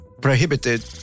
prohibited